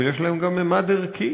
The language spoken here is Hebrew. אבל יש להם גם ממד ערכי.